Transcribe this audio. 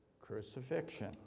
crucifixion